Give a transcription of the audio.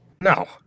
No